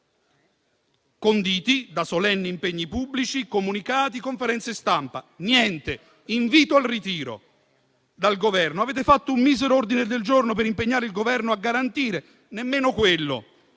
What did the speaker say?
conditi da solenni impegni pubblici, comunicati, conferenze stampa. Niente: invito al ritiro dal Governo. Avete fatto un misero ordine del giorno, per impegnare il Governo a garantire e nemmeno quello